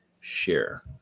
Share